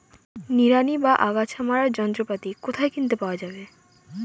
নিড়ানি বা আগাছা মারার যন্ত্রপাতি কোথায় কিনতে পাওয়া যাবে?